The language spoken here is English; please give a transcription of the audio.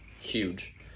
Huge